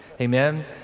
Amen